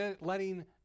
letting